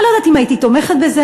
אני לא יודעת אם הייתי תומכת בזה.